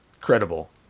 credible